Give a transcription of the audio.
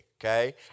okay